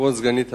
כבוד סגנית השר,